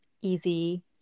easy